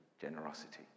generosity